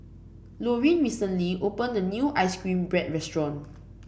Loreen recently opened a new ice cream bread restaurant